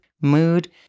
mood